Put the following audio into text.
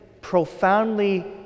profoundly